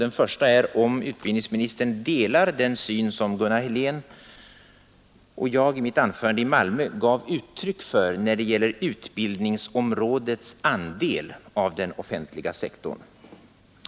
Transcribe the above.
Den första frågan är om utbildningsministern delar den syn som Gunnar Helén och jag i mitt anförande vid Hermods konferens gav uttryck för när det gäller utbildningsområdets andel av den offentliga sektorn.